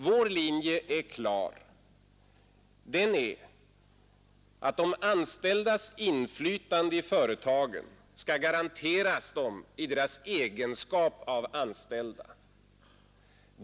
Vår linje är klar — den är att de anställdas inflytande i företagen skall garanteras dem i deras egenskap av anställda.